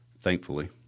thankfully